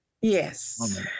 Yes